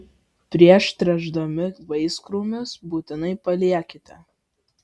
prieš tręšdami vaiskrūmius būtinai paliekite